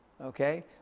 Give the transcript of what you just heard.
okay